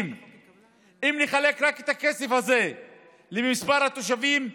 אם נחלק את הכסף הזה למספר התושבים,